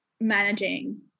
managing